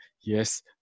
Yes